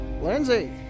Lindsay